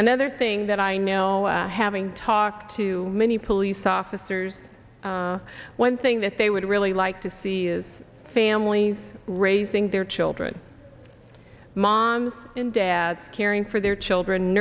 another thing that i know having talked to many police officers one thing that they would really like to see is a family raising their children mom and dad caring for their children